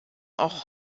auch